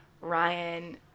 Ryan